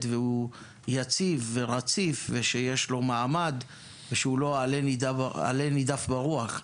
והוא יציב ורציף ושיש לו מעמד ושהוא לא עלה נידף ברוח.